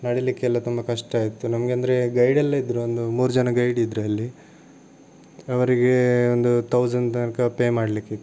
ನಡಿಲಿಕ್ಕೆಲ್ಲ ತುಂಬ ಕಷ್ಟ ಆಯಿತು ನಮಗಂದ್ರೆ ಗೈಡ್ ಎಲ್ಲ ಇದ್ದರು ಒಂದು ಮೂರು ಜನ ಗೈಡ್ ಇದರಲ್ಲಿ ಅವರಿಗೆ ಒಂದು ಥೌಸಂಡ್ ತನಕ ಪೇ ಮಾಡಲಿಕ್ಕಿತ್ತು